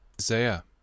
Isaiah